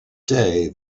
day